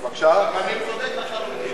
אתה צודק לחלוטין.